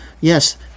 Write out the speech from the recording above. yes